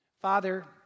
Father